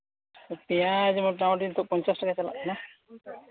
ᱯᱮᱸᱭᱟᱡᱽ ᱢᱳᱴᱟᱢᱩᱴᱤ ᱱᱤᱛᱚᱜ ᱯᱚᱧᱪᱟᱥ ᱴᱟᱠᱟ ᱪᱟᱞᱟᱜ ᱠᱟᱱᱟ